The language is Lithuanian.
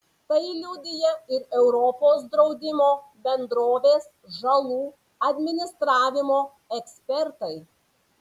tai liudija ir europos draudimo bendrovės žalų administravimo ekspertai